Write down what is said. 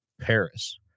Paris